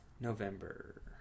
November